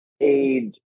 aid